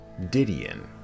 Didion